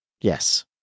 Yes